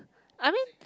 I mean